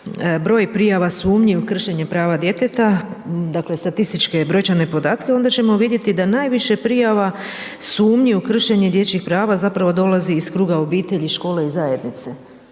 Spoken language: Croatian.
broj prijava sumnji u kršenje prava djeteta, dakle, statističke brojčane podatke, onda ćemo vidjeti da najviše prijava, sumnji u kršenje dječjih prava zapravo dolazi iz kruga obitelji, škole i zajednice,